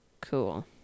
cool